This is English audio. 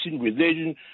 religion